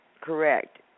Correct